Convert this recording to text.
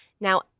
Now